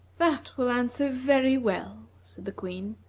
that will answer very well, said the queen.